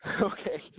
okay